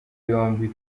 yombi